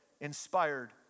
inspired